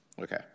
Okay